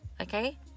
okay